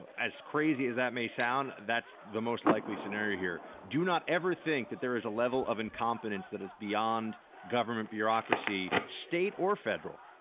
as crazy as that may sound, that's the most likely scenario here. do not ever think that there is a level of incompetence that is beyond government bureaucracy state or federal.